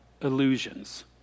illusions